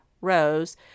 rows